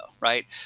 right